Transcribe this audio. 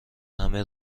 همهی